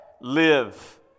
live